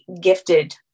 gifted